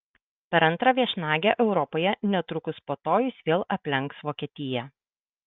per antrą viešnagę europoje netrukus po to jis vėl aplenks vokietiją